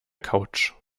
couch